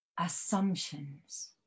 assumptions